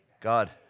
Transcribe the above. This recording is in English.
God